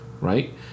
right